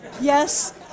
yes